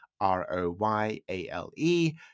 R-O-Y-A-L-E